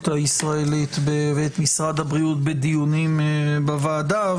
הישראלית ואת משרד הבריאות בדיונים בוועדה,